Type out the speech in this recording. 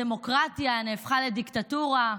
הדמוקרטיה נהפכה לדיקטטורה,